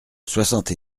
soixante